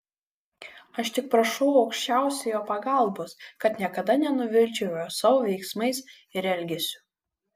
aš tik prašau aukščiausiojo pagalbos kad niekada nenuvilčiau jo savo veiksmais ir elgesiu